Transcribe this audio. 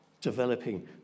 developing